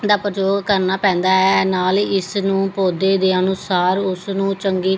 ਦਾ ਪ੍ਰਯੋਗ ਕਰਨਾ ਪੈਂਦਾ ਹੈ ਨਾਲ ਇਸ ਨੂੰ ਪੌਦੇ ਦੇ ਅਨੁਸਾਰ ਉਸਨੂੰ ਚੰਗੀ